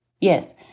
Yes